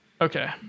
Okay